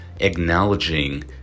acknowledging